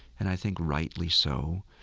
and i think rightly so,